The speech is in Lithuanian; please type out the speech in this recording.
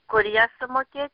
kur ją sumokėti